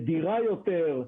מדירה יותר,